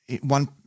one